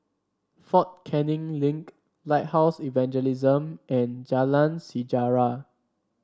Fort Canning Link Lighthouse Evangelism and Jalan Sejarah